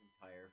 entire